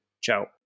ciao